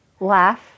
laugh